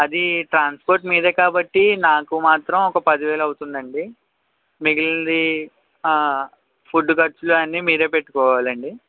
అదీ ట్రాన్స్పోర్ట్ మీదే కాబట్టి నాకు మాత్రం ఒక పదివేలు అవుతుందండి మిగిలింది ఫుడ్ ఖర్చులన్నీ మీరే పెట్టుకోవాలండి